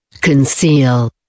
conceal